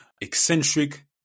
eccentric